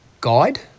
guide